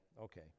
okay